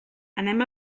anem